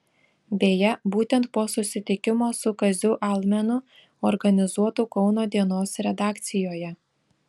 beje būtent po susitikimo su kaziu almenu organizuotu kauno dienos redakcijoje